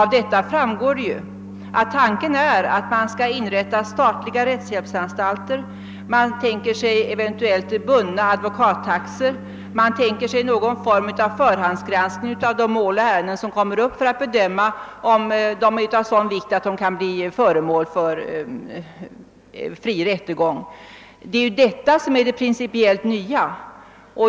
Av detta uttalande framgår att tanken är att inrätta statliga rättshjälpsanstalter; man tänker sig eventuellt bundna advokattaxor och man tänker sig någon form av förhandsgranskning av de mål och ärenden som kommer upp, för att bedöma om de är av sådan vikt att de kan bli föremål för fri rättegång. Det är detta som är det principiellt nya.